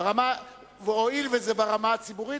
הואיל וזה ברמה הציבורית,